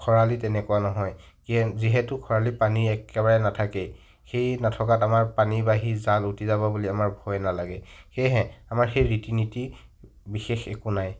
খৰালি তেনেকুৱা নহয় যিহেতু খৰালি পানী একেবাৰেই নাথাকেই সেই নথকাত আমাৰ পানী বাঢ়ি জাল উটি যাব বুলি আমাৰ ভয় নালাগে সেয়েহে আমাৰ সেই ৰীতি নীতি বিশেষ একো নাই